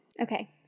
Okay